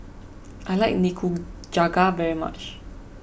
I like Nikujaga very much